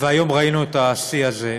והיום ראינו את השיא של זה.